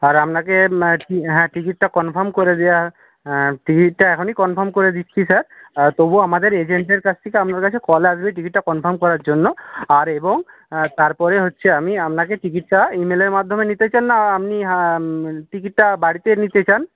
আর আপনাকে হ্যাঁ টিকিটটা কনফার্ম করে দেওয়া টিকিটটা এখনই কনফার্ম করে দিচ্ছি স্যার তবুও আমাদের এজেন্টদের কাছ থেকে আপনার কাছে কল আসবে টিকিটটা কনফার্ম করার জন্য আর এবং তারপরে হচ্ছে আমি আপনাকে টিকিটটা ইমেলের মাধ্যমে নিতে চান না আপনি টিকিটটা বাড়িতে নিতে চান